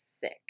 Sick